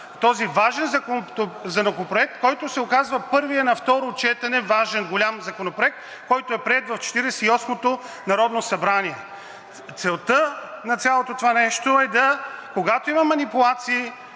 този важен законопроект, който се оказва първият на второ четене важен, голям Законопроект, който е приет в Четиридесет и осмото народно събрание. Целта на цялото това нещо е, когато има манипулации,